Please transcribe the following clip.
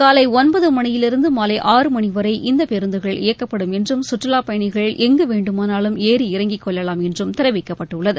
காலை ஒன்பது மணியிலிருந்து மாலை ஆறு மணி வரை இந்த பேருந்துகள் இயக்கப்படும் என்றும் சுற்றுலாப் பயணிகள் எங்கு வேண்டுமானாலும் ஏறி இறங்கிக் கொள்ளலாம் என்றும் தெரிவிக்கப்பட்டுள்ளது